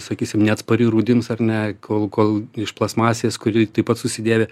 sakysim neatspari rūdims ar ne kol kol iš plastmasės kuri taip pat susidėvi